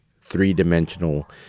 three-dimensional